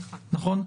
נכון.